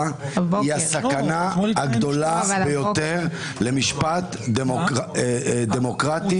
היא הסכנה הגדולה ביותר למשטר דמוקרטי.